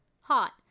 hot